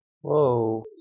Whoa